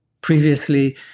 previously